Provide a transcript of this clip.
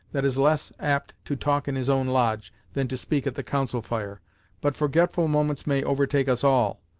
that is less apt to talk in his own lodge, than to speak at the council fire but forgetful moments may overtake us all,